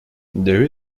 there